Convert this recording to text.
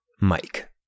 Mike